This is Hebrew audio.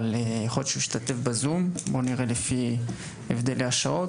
אבל יכול להיות שהוא ישתתף בזום נראה לפי הבדלי השעות